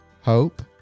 hope